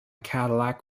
cadillac